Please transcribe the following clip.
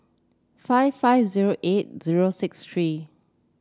five five zero eight zero six three